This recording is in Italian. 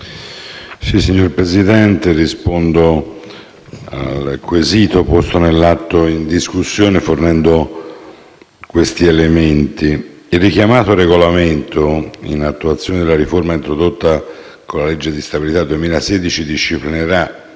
Signor Presidente, rispondo al quesito posto nell'atto in discussione fornendo i seguenti elementi. Il richiamato regolamento che, in attuazione della riforma introdotta con la legge di stabilità 2016, disciplinerà